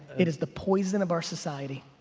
it is the poison of our society.